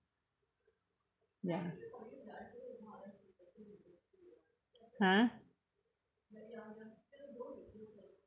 ya ha